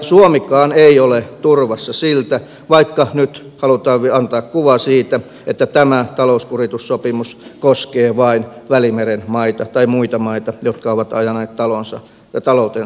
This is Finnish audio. suomikaan ei ole turvassa siltä vaikka nyt halutaan antaa kuva siitä että tämä talouskuritussopimus koskee vain välimeren maita tai muita maita jotka ovat ajaneet taloutensa kuralle